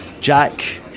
Jack